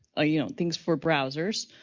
ah you know, things for browsers,